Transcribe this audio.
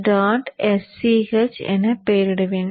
sch என பெயரிடுகிறேன்